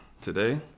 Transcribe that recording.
today